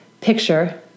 picture